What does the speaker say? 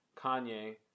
Kanye